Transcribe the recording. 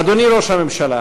אדוני ראש הממשלה,